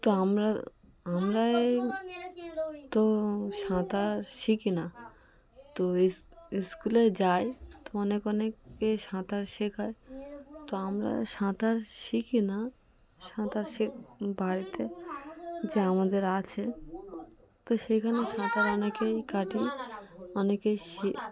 তো আমরা আমরাই তো সাঁতার শিখি না তো ইস স্কুলে যাই তো অনেক অনেকে সাঁতার শেখায় তো আমরা সাঁতার শিখি না সাঁতার শে বাড়িতে যে আমাদের আছে তো সেইখানে সাঁতার অনেকেই কাটি অনেকেই শিখি